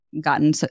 gotten